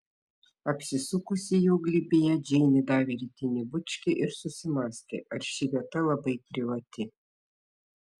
apsisukusi jo glėbyje džeinė davė rytinį bučkį ir susimąstė ar ši vieta labai privati